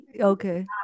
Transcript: Okay